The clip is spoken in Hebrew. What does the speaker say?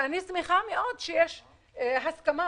אני שמחה מאוד שיש הסכמה